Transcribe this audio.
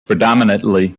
predominately